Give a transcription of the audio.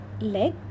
leg